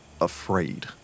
afraid